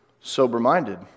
sober-minded